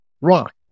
rock